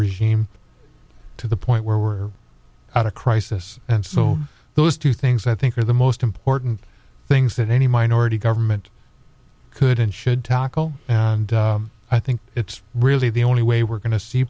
regime to the point where we're at a crisis and so those two things i think are the most important things that any minority government could and should tackle and i think it's really the only way we're go